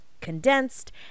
condensed